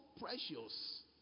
precious